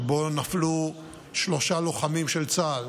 שבו נפלו שלושה לוחמים של צה"ל,